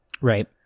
Right